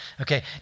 Okay